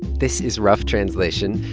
this is rough translation,